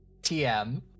TM